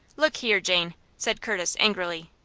look here, jane, said curtis, angrily,